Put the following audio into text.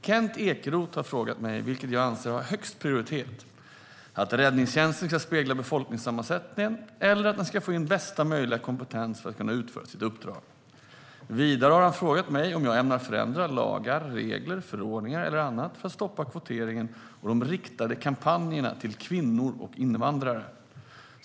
Herr talman! Kent Ekeroth har frågat mig vilket jag anser ha högst prioritet: att räddningstjänsten ska spegla befolkningssammansättningen eller att den ska få in bästa möjliga kompetens för att kunna utföra sitt uppdrag. Vidare har han frågat mig om jag ämnar förändra lagar, regler, förordningar eller annat för att stoppa kvoteringen och de riktade kampanjerna till kvinnor och invandrare.